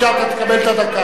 בבקשה, אתה תקבל את הדקה.